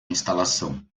instalação